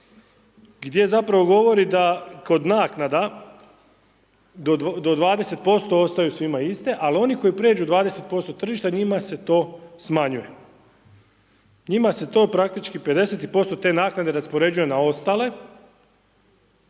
gdje zapravo govori da kod naknada do 20% ostaju svima iste ali oni koji pređu 20% tržišta njima se to smanjuje. Njima se to praktički 50% te naknade raspoređuje na ostale,